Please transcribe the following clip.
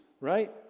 right